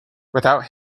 without